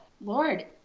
Lord